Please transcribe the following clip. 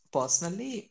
Personally